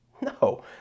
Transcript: No